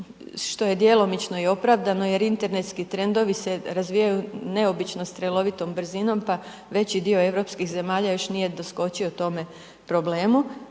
što je djelomično i opravdano jer internetski trendovi se razvijaju neobično strelovitom brzinom pa veći dio europskih zemalja još nije doskočio tome problemu.